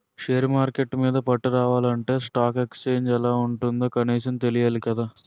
share market మీద పట్టు రావాలంటే స్టాక్ ఎక్సేంజ్ ఎలా ఉంటుందో కనీసం తెలియాలి కదా